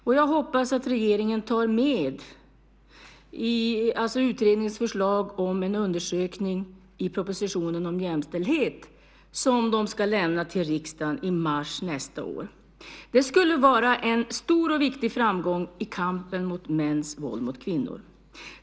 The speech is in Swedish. Och jag hoppas att regeringen tar med utredningens förslag om en undersökning i propositionen om jämställdhet som man ska överlämna till riksdagen i mars nästa år. Det skulle vara en stor och viktig framgång i kampen mot mäns våld mot kvinnor.